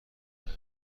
همه